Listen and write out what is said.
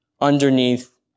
underneath